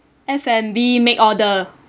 F&B make order